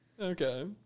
okay